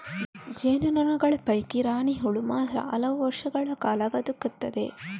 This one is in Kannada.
ಜೇನು ನೊಣಗಳ ಪೈಕಿ ರಾಣಿ ಹುಳು ಮಾತ್ರ ಹಲವು ವರ್ಷಗಳ ಕಾಲ ಬದುಕುತ್ತದೆ